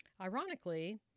Ironically